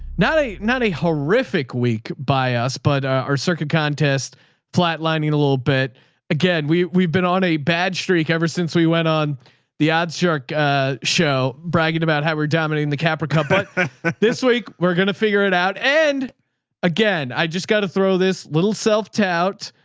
not a, not a horrific week by us, but our circuit contests flat-lining a little bit again, we we've been on a bad streak ever since we went on the od shark show bragging about how we're dominating the capra cup, but this week we're going to figure it out. and again, i just got to throw this little self tout.